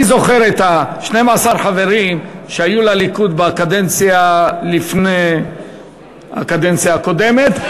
אני זוכר את 12 החברים שהיו לליכוד בקדנציה לפני הקדנציה הקודמת,